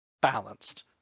balanced